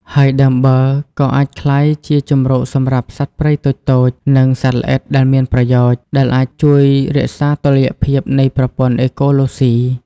ហើយដើមបឺរ ក៏អាចក្លាយជាជម្រកសម្រាប់សត្វព្រៃតូចៗ និងសត្វល្អិតដែលមានប្រយោជន៍ ដែលអាចជួយរក្សាតុល្យភាពនៃប្រព័ន្ធអេកូឡូស៊ី។